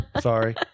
Sorry